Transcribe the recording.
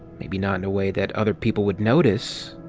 maybe not in a way that other people would notice.